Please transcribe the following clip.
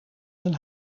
zijn